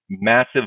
Massive